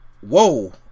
whoa